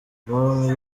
bombi